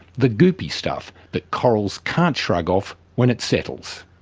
the goopy stuff that corals can't shrug off when it settles.